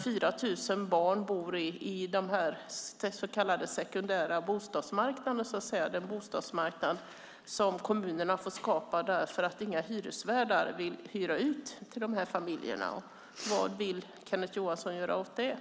4 000 barn bor på den så kallade sekundära bostadsmarknaden, den bostadsmarknad som kommunerna får skapa därför att inga hyresvärdar vill hyra ut till dessa familjer. Vad vill Kenneth Johansson göra åt detta?